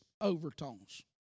overtones